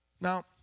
Now